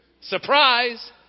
Surprise